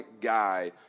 guy